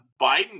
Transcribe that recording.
Biden